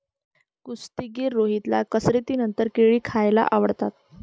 कुस्तीगीर रोहितला कसरतीनंतर केळी खायला आवडतात